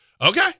okay